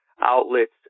outlets